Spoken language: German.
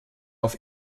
auf